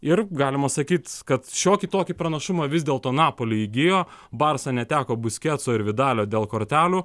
ir galima sakyt kad šiokį tokį pranašumą vis dėlto napoli įgijo barsa neteko busketso ir vidalio dėl kortelių